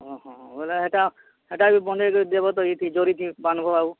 ହଁ ହଁ ବୋଏଲେ ହେଟା ହେଟା ବି ବନେଇକରି ଦେବ ତ ଇଥି ଜରିଥି ବାନ୍ଧ୍ବ ଆଉ